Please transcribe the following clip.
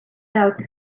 out